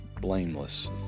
blameless